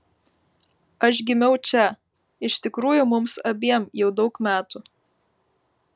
aš gimiau čia iš tikrųjų mums abiem jau daug metų